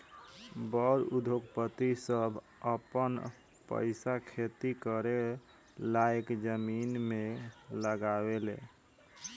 बड़ उद्योगपति सभ आपन पईसा खेती करे लायक जमीन मे लगावे ले